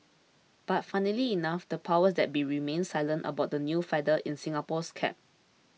but funnily enough the powers that be remained silent about the new feather in Singapore's cap